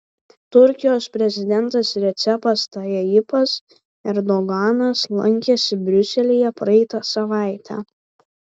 turkijos prezidentas recepas tayyipas erdoganas lankėsi briuselyje praeitą savaitę